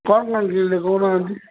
କ'ଣ ଥିଲେ କହୁନାହାନ୍ତି